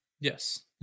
Yes